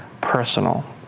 personal